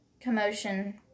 commotion